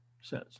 says